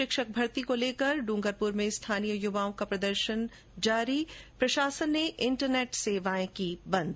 शिक्षक भर्ती को लेकर डूंगरपुर में स्थानीय युवाओं का प्रदर्शन आज भी जारी प्रशासन ने इंटरनेट सेवाएं की बंद